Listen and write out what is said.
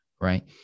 right